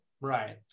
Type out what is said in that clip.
Right